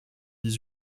dix